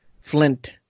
Flint